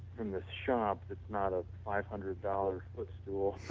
from this shop that's not a five hundred dollars foot stool.